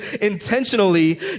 intentionally